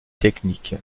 technique